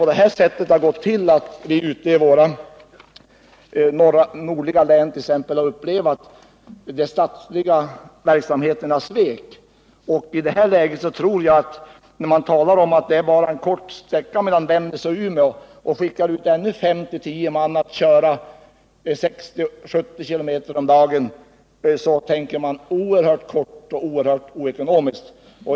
På det här sättet har det gått till när vi exempelvis i våra nordligaste län har upplevt att de statliga verksamheterna har svikit. Om man i svaret talar om att det bara är en kort sträcka mellan Vännäs och Umeå och om man vill skicka ut ytterligare fem å tio man att köra 60-70 kilometer om dagen på vägarna, då tycker jag att man tänker oerhört kortsiktigt och oerhört ocekonomiskt.